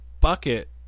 bucket